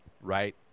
right